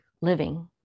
living